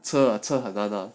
是 lah 是很难 ah